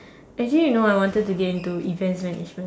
actually you know I wanted to get into events management